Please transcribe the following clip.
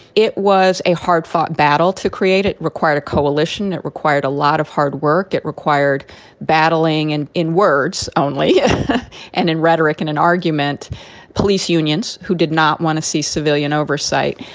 it was a hard fought battle to create. it required a coalition that required a lot of hard work. it required battling and in words only and in rhetoric and an argument police unions who did not want to see civilian oversight.